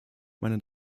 meine